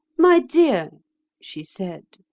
my dear she said,